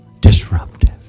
disruptive